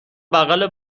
بغل